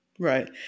Right